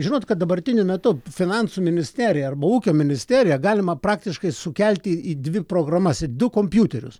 žinot kad dabartiniu metu finansų ministeriją arba ūkio ministeriją galima praktiškai sukelti į dvi programas į du kompiuterius